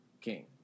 King